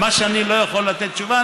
מה שאני לא יכול לתת תשובה,